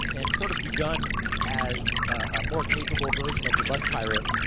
and and sort of begun as a more capable version of the bus pirate.